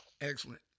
Excellent